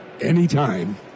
anytime